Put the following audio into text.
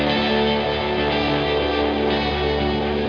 and